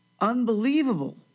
Unbelievable